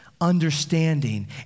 understanding